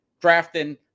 Drafting